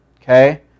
Okay